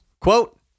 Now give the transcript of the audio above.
Quote